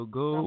go